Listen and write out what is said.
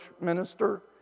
minister